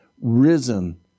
risen